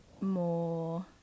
more